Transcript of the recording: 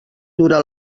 dura